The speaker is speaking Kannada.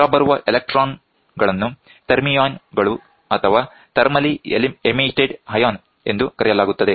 ಹೊರಬರುವ ಎಲೆಕ್ಟ್ರಾನ್ ಗಳನ್ನು ಥರ್ಮಿಯಾನ್ ಗಳು ಅಥವಾ ಥರ್ಮಲಿ ಎಮಿಟೆಡ್ ಅಯಾನ್ ಎಂದು ಕರೆಯಲಾಗುತ್ತದೆ